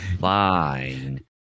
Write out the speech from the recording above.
fine